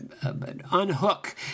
unhook